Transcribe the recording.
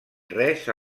res